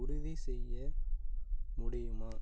உறுதிசெய்ய முடியுமா